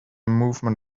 movement